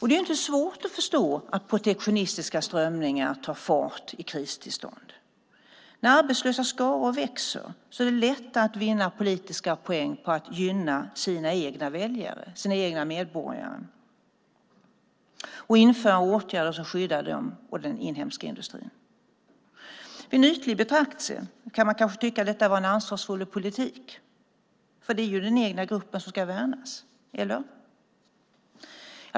Det är inte svårt att förstå att protektionistiska strömningar tar fart i kristillstånd. När arbetslösa skaror växer är det lättare att vinna politiska poäng på att gynna sina egna väljare, sina egna medborgare, och vidta åtgärder som skyddar dem och den inhemska industrin. Vid en ytlig betraktelse kan man kanske tycka att detta är en ansvarsfull politik eftersom det är den egna gruppen som ska värnas - eller?